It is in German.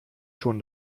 schon